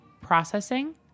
processing